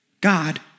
God